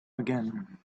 again